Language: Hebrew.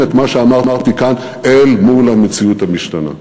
את מה שאמרתי כאן אל מול המציאות המשתנה.